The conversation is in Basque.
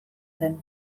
zen